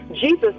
Jesus